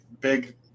Big